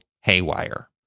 haywire